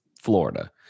florida